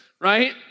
right